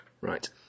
Right